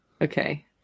Okay